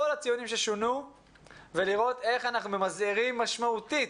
הציונים ששונו ולראות איך ממזערים משמעותית